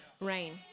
rain